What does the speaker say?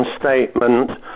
statement